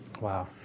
wow